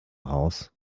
raus